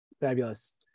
fabulous